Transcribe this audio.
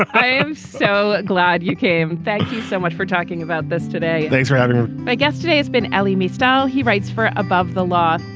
i'm so glad you came. thank you so much for talking about this today thanks for having my guest today. it's been alimi style. he writes for above the law.